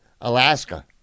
Alaska